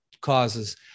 causes